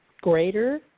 greater